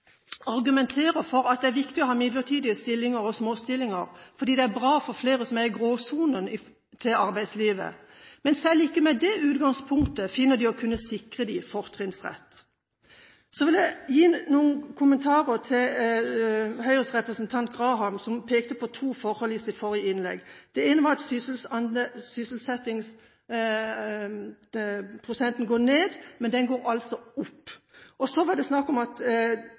argumenterer for at det er viktig å ha midlertidige stillinger og små stillinger, fordi det er bra for flere som er i gråsonen med hensyn til arbeidslivet. Men selv ikke med det utgangspunktet finner de å kunne sikre dem fortrinnsrett. Så har jeg noen kommentarer til Høyres representant Sylvi Graham, som pekte på to forhold i sitt forrige innlegg. Det ene var at sysselsettingsprosenten går ned. Den går altså opp. Så var det snakk om at